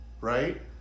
right